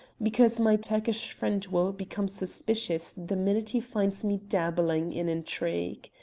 because my turkish friend will become suspicious the minute he finds me dabbling in intrigue.